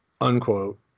unquote